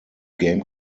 game